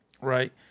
Right